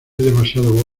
demasiado